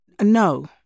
No